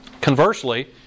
conversely